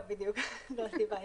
בדיוק, זו הסיבה היחידה.